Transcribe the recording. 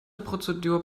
prozedur